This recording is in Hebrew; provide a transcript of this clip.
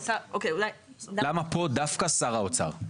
למה דווקא שר האוצר,